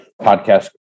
Podcast